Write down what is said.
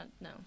No